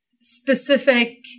specific